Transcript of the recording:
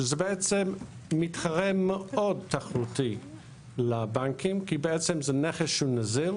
שזה בעצם מתחרה מאוד תחרותי לבנקים כי בעצם זה נכס שהוא נזיל,